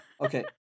Okay